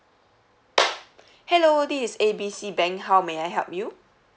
hello this is A B C bank how may I help you